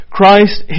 Christ